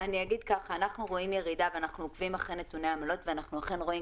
אנחנו רואים ירידה ואנחנו עוקבים אחרי נתוני העמלות ואנחנו אכן רואים,